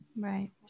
right